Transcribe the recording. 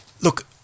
Look